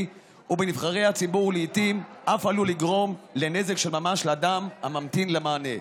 ובנבחרי הציבור ולעיתים אף עלול לגרום לנזק של ממש לאדם הממתין למענה.